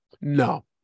No